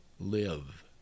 live